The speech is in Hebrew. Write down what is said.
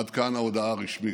עד כאן ההודעה הרשמית.